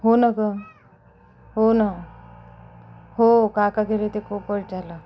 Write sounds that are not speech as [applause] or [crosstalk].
हो ना गं हो ना हो काका गेले त्या [unintelligible]